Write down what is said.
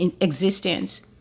existence